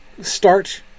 start